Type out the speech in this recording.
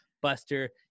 Buster